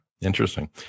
Interesting